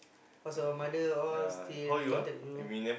how's your mother all still contact you